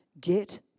Get